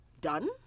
done